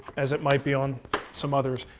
as it might be on some others.